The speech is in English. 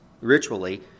ritually